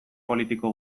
politiko